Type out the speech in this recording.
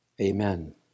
amen